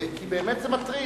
כי זה באמת מטריד.